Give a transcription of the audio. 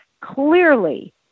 clearly